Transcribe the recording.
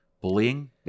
bullying